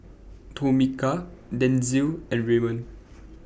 Tomika Denzil and Raymond